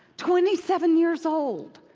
twenty seven years old.